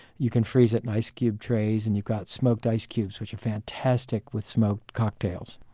you can freeze it in ice cube trays, and you've got smoked ice cubes, which are fantastic with smoked cocktails